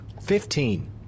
Fifteen